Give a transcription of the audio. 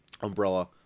umbrella